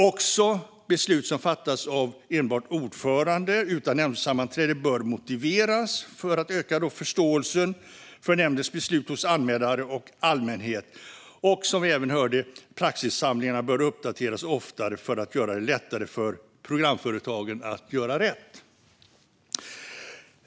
Också beslut som fattas av enbart ordförande, utan nämndsammanträde, bör motiveras för att öka förståelsen för nämndens beslut hos anmälare och allmänhet. Praxissamlingarna bör, som vi hörde, uppdateras oftare för att göra det lättare för programföretagen att göra rätt.